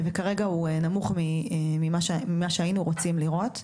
כרגע הוא נמוך ממה שהיינו רוצים לראות,